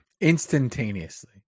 Instantaneously